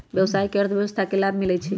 व्यवसाय से अर्थव्यवस्था के लाभ मिलइ छइ